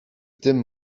tym